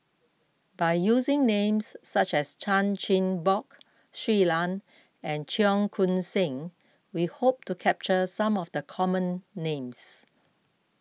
by using names such as Chan Chin Bock Shui Lan and Cheong Koon Seng we hope to capture some of the common names